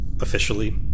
Officially